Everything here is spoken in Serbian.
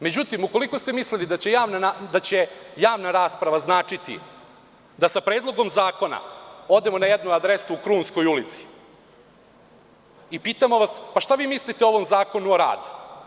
Međutim, ukoliko ste mislili da će javna rasprava značiti da sa predlogom zakona odemo na jednu adresu u Krunskoj ulici, i pitamo vas šta vi mislite o ovom Zakonu o radu?